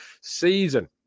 season